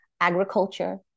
agriculture